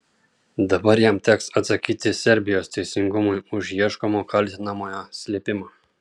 dabar jam teks atsakyti serbijos teisingumui už ieškomo kaltinamojo slėpimą